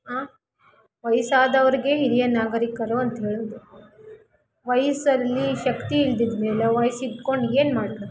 ಆ ವಯಸ್ಸಾದವ್ರಿಗೆ ಹಿರಿಯ ನಾಗರೀಕರು ಅಂಥೇಳೋದು ವಯಸ್ಸಲ್ಲಿ ಶಕ್ತಿ ಇಲ್ಲದಿದ್ಮೇಲೆ ವಯಸ್ಸಿಟ್ಕೊಂಡು ಏನು ಮಾಡ್ತಾರೆ